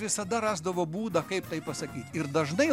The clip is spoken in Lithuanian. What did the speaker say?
visada rasdavo būdą kaip tai pasakyt ir dažnai